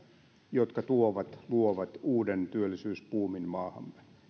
jotka tuovat luovat uuden työllisyysbuumin maahamme